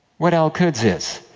what al-quds is?